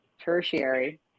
tertiary